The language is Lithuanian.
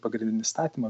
pagrindinį įstatymą